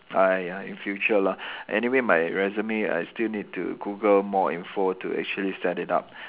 !aiya! in future lah anyway my resume I still need to Google more info to actually set it up